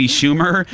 Schumer